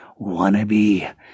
wannabe